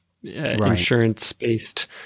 Insurance-based